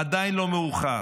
עדיין לא מאוחר.